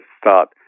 Start